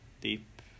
deep